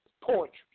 poetry